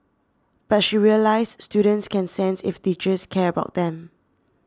but she realised students can sense if teachers care about them